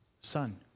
son